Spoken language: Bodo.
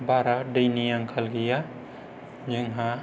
बारा दैनि आंखाल गैया जोंहा